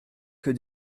que